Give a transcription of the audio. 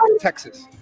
Texas